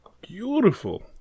Beautiful